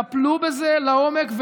טפלו בזה לעומק,